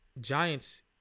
Giants